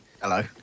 Hello